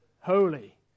Holy